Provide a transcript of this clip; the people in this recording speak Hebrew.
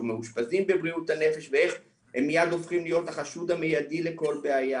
מאושפזים בבריאות הנפש והם מיד הופכים להיות החשוד המיידי לכל בעיה,